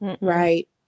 right